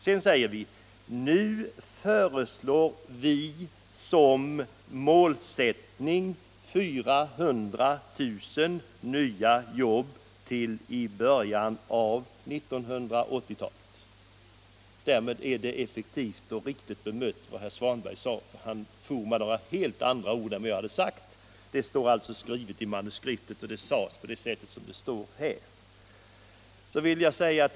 Sedan heter det: ”Nu föreslår vi som målsättning 400 000 nya jobb till i början av 1980-talet.” Därmed har jag bemött vad herr Svanberg sade. Han refererade någonting helt annat än vad jag sade. Detta står alltså skrivet i manuskriptet, som jag följde.